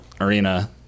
arena